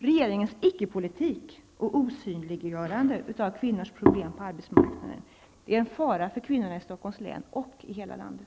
Regeringens ickepolitik och osynliggörande av kvinnors problem på arbetsmarknaden är en fara för kvinnorna i Stockholms län och i hela landet.